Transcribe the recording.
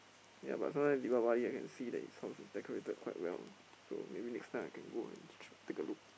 ya but sometimes Deepavali I can see that his house is decorated quite well so maybe next time I can go and t~ take a look